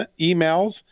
emails